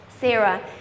sarah